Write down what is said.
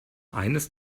eines